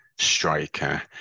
striker